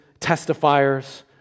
testifiers